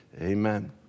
Amen